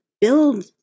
build